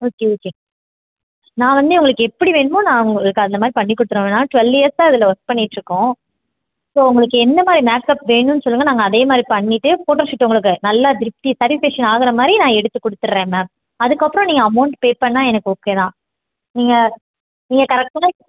okay okay நான் வந்து உங்களுக்கு எப்படி வேணுமோ நான் உங்களுக்கு அந்த மாதிரி பண்ணி கொடுத்துருவேன் மேம் நான் ட்வெல் இயர்ஸாக இதில் ஒர்க் பண்ணிகிட்ருக்கோம் ஸோ உங்களுக்கு என்ன மாதிரி மேக்கப் வேணும்னு சொல்லுங்க நாங்கள் அதே மாதிரி பண்ணிவிட்டு ஃபோட்டோஷூட் உங்களுக்கு நல்லா திருப்தி சேட்டிஸ்ஃபேக்ஷன் ஆகிற மாதிரி நான் எடுத்து கொடுத்துர்றேன் மேம் அதுக்கப்புறம் நீங்கள் அமௌண்ட் பே பண்ணால் எனக்கு ஓகே தான் நீங்கள் நீங்கள் கரெக்டாக